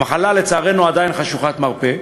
המחלה, לצערנו, עדיין חשוכת מרפא.